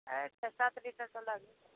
है छः सात लीटर तो लग जाएगा